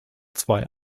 zwei